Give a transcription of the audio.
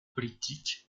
politique